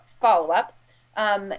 follow-up